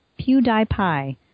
PewDiePie